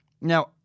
Now